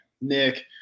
Nick